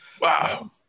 Wow